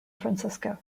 francisco